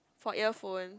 for earphones